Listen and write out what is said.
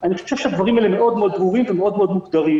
אני חושב שהדברים האלה מאוד מאוד ברורים ומאוד מאוד מוגדרים.